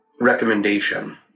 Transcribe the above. recommendation